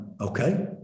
okay